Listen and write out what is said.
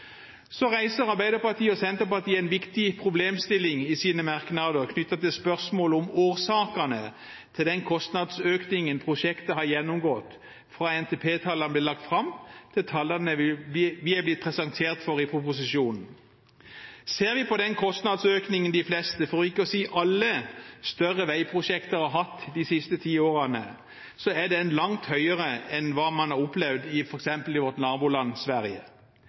Så reiser Arbeiderpartiet og Senterpartiet en viktig problemstilling i sine merknader knyttet til spørsmål om årsakene til kostnadsøkningen prosjektet har gjennomgått fra NTP-tallene ble lagt fram, til tallene vi er blitt presentert for i proposisjonen. Ser vi på kostnadsøkningen de fleste, for ikke å si alle, større veiprosjekter har hatt de siste ti årene, er den langt høyere enn hva man har opplevd f.eks. i vårt naboland Sverige.